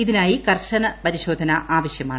ഇതിനായി കർശന പരിശോധന ആവശ്യമാണ്